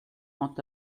quant